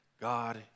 God